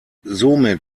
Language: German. somit